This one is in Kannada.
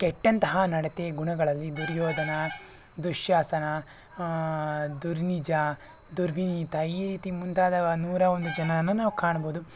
ಕೆಟ್ಟಂತಹ ನಡತೆ ಗುಣಗಳಲ್ಲಿ ದುರ್ಯೋಧನ ದುಶ್ಯಾಸನ ದುರ್ನಿಜ ದುರ್ವಿನೀತ ಈ ರೀತಿ ಮುಂತಾದ ನೂರ ಒಂದು ಜನಾನೂ ನಾವು ಕಾಣ್ಬೋದು